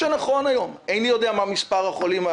איני יודע מה מספר החולים,